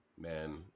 man